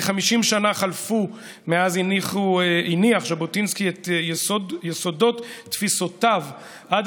כ-50 שנה חלפו מאז הניח ז'בוטינסקי את יסודות תפיסותיו עד